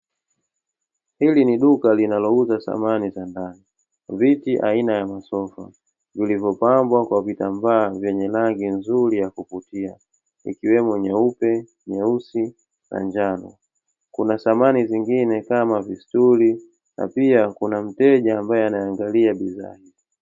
Hili ni duka linalo uza samani za ndani, viti aina ya masofa vilivo pambwa kwa vitambaa vyenye ya rangi nzuri ya kuvutia ikiwemo nyeupe, nyeusi na njano. Kuna samani zingine kama, vistuli na pia kuna mteja ambaye anayeangalia bidhaa.